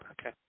okay